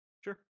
sure